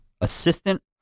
assistant